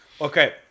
Okay